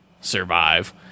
survive